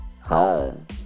home